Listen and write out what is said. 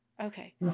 Okay